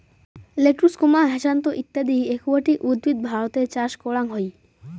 lettuce, hyacinth ইত্যদি aquatic উদ্ভিদ ভারতে চাষ করাং হই